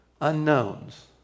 unknowns